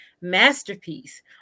Masterpiece